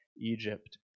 Egypt